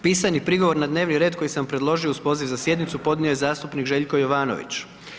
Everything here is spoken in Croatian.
Pisani prigovor na dnevni red koji sam predložio uz poziv na sjednicu podnio je zastupnik Željko Jovanović.